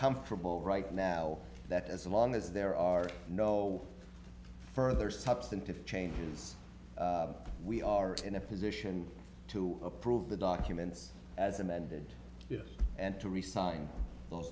comfortable right now that as long as there are no further substantive changes we are in a position to approve the documents as amended and to resign those